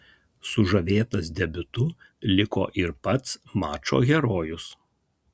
sužavėtas debiutu liko ir pats mačo herojus